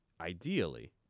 ideally